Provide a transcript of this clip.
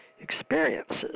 experiences